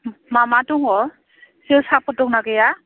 मा मा दङ जोसाफोर दंना गैया